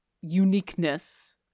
uniqueness